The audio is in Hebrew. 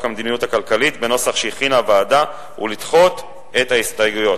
המדיניות הכלכלית בנוסח שהכינה הוועדה ולדחות את ההסתייגויות.